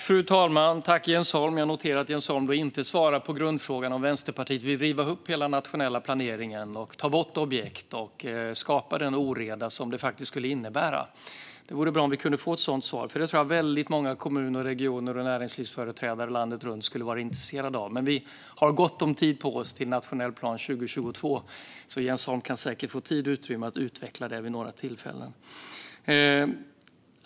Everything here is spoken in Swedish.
Fru talman! Jag noterar att Jens Holm inte svarar på grundfrågan om Vänsterpartiet vill riva upp hela den nationella planeringen, ta bort objekt och skapa den oreda som det faktiskt skulle innebära. Det vore bra om vi kunde få ett sådant svar, för det tror jag att väldigt många kommuner, regioner och näringslivsföreträdare landet runt skulle vara intresserade av. Men vi har gott om tid på oss till nationell plan 2022, så Jens Holm kan säkert få tid och utrymme att utveckla detta vid några tillfällen.